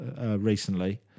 recently